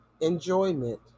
enjoyment